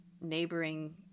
neighboring